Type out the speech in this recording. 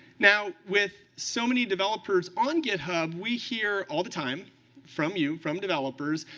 now, with so many developers on github, we hear all the time from you, from developers,